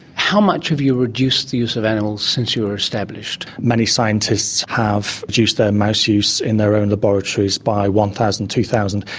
how much have you reduced the use of animals since you were established? many scientists have reduced their mouse use in their own laboratories by one thousand, two thousand,